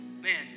man